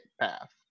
path